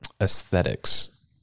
aesthetics